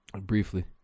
Briefly